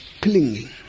clinging